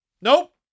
Nope